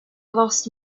lost